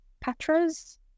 Patras